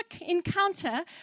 encounter